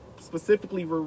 specifically